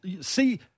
see